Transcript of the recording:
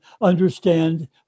understand